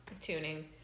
tuning